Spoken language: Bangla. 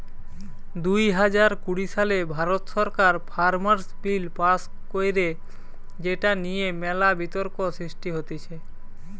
দুই হাজার কুড়ি সালে ভারত সরকার ফার্মার্স বিল পাস্ কইরে যেটা নিয়ে মেলা বিতর্ক সৃষ্টি হতিছে